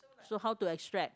so how to extract